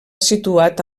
situat